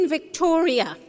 Victoria